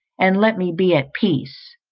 and let me be at peace.